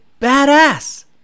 badass